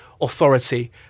authority